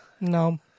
No